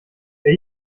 wer